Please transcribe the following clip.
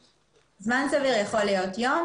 זמן סביר יכול להיות יום,